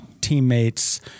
teammates